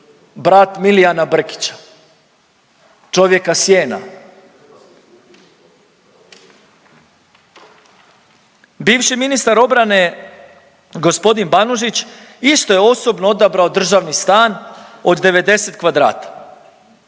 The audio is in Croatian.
brat Milijana Brkića, čovjeka sjena. Bivši ministar obrane g. Banožić isto je osobno odabrao državni stan od 90 kvadrata